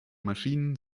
maschinen